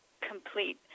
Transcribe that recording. complete